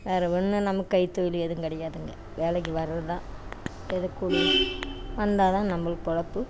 வேற ஒன்றும் நமக்கு கைத்தொழில் எதுவும் கிடையாதுங்க வேலைக்கு வர்றதுதான் தினக்கூலி வந்தால் தான் நம்மளுக்கு பிழப்பு